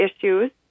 issues